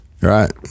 Right